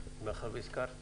ברשותך, מאחר והזכרת.